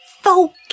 Folk